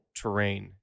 terrain